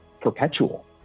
perpetual